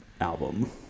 album